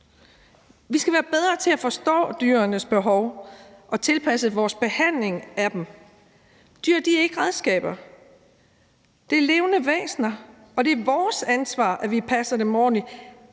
Vi skal være bedre til at forstå dyrenes behov og tilpasse vores behandling af dem. Dyr er ikke redskaber. De er levende væsener, og det er vores ansvar, at vi passer dem ordentligt.